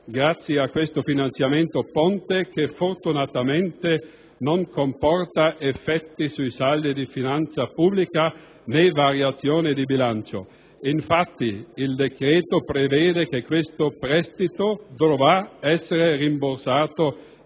grazie a questo finanziamento ponte, che fortunatamente non comporta effetti sui saldi di finanza pubblica né variazioni di bilancio. Infatti, il decreto-legge prevede che il prestito dovrà essere rimborsato